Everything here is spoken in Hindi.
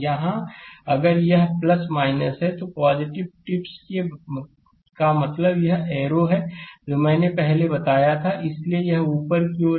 यहाँ अगर यह है तो पॉजिटिव टिप्स का मतलब यह एरो है जो मैंने पहले बताया था इसलिए यह ऊपर की ओर है